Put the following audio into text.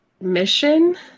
mission